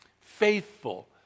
Faithful